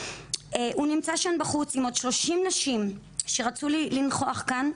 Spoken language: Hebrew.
הוא נמצא שם בחוץ עם עוד 30 נשים שרצו לנכוח כאן,